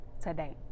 today